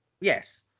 Yes